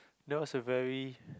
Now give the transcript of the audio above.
that was a very